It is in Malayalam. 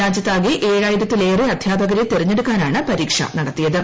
രാജ്യത്താകെ ഏഴായിരത്തിലേറെ അധ്യാപകരെ തിരഞ്ഞെടുക്കാനാണ് പരീക്ഷ നടത്തിയത്